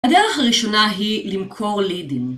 הדרך הראשונה היא למכור לידים